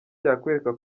cyakwereka